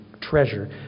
treasure